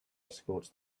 escorts